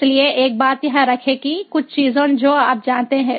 इसलिए 1 बात याद रखें कि कुछ चीजें जो आप जानते हैं